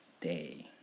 day